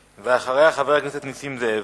ואחריה, חבר הכנסת נסים זאב.